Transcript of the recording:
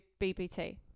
BPT